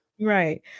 Right